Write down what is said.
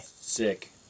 Sick